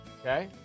Okay